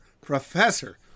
professor